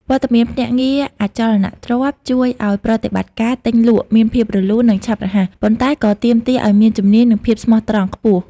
វត្តមានភ្នាក់ងារអចលនទ្រព្យជួយឲ្យប្រតិបត្តិការទិញលក់មានភាពរលូន និងឆាប់រហ័ស ប៉ុន្តែក៏ទាមទារឲ្យមានជំនាញ និងភាពស្មោះត្រង់ខ្ពស់។